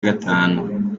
gatanu